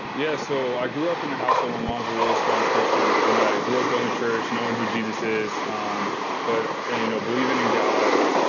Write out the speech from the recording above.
yeah. so, i grew up in a household, my mom's a really strong christian and i grew up going to church, knowing who jesus is um but and you know believing in god.